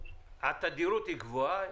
התדירות היא גבוהה?